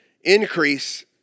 increase